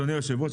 אדוני היושב-ראש,